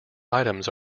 items